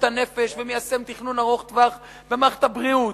הנפש ומיישם תכנון ארוך-טווח במערכת הבריאות,